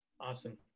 Awesome